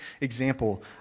example